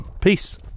Peace